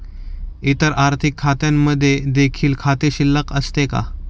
इतर आर्थिक खात्यांमध्ये देखील खाते शिल्लक असते का?